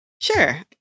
sure